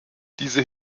diese